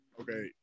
Okay